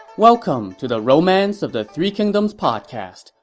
welcome to the romance of the three kingdoms podcast.